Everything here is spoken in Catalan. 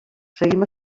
seguim